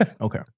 Okay